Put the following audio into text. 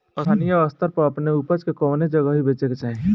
स्थानीय स्तर पर अपने ऊपज के कवने जगही बेचे के चाही?